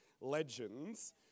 legends